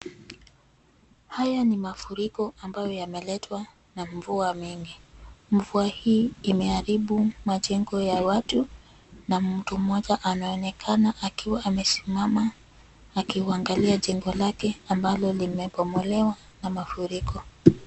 Haya ni mafuriko ambayo yameletwa na mvua mingi. Mvua hii, imeharibu majengo ya watu na mtu mmoja anaonekana akiwa amesimama akiuangalia jengo lake, ambalo limebomolewa na mafuriko.